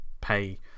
pay